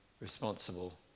responsible